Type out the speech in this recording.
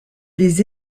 des